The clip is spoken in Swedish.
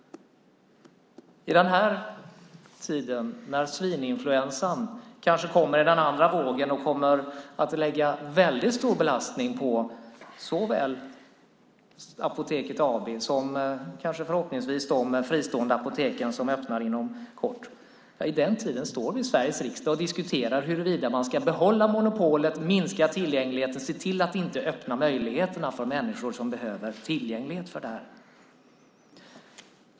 När svininfluensan kanske kommer i en andra våg och lägger stor belastning på såväl Apoteket AB som de fristående apotek som förhoppningsvis öppnar inom kort står vi i Sveriges riksdag och diskuterar huruvida vi ska behålla monopolet, minska tillgängligheten, se till att inte skapa möjligheter för människor som behöver få tillgång till detta.